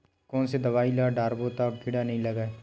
कोन से दवाई ल डारबो त कीड़ा नहीं लगय?